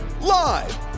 Live